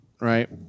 right